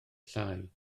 llai